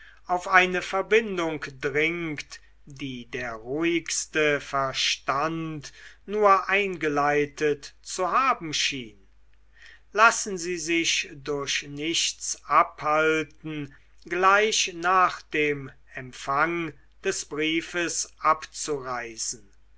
auf eine verbindung dringt die der ruhigste verstand nur eingeleitet zu haben schien lassen sie sich durch nichts abhalten gleich nach dem empfang des briefes abzureisen